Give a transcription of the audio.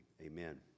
Amen